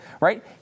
right